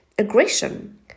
aggression